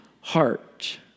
heart